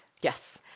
Yes